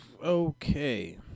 Okay